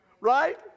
Right